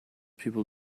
people